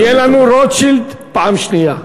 יהיה לנו רוטשילד פעם שנייה.